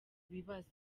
bibazo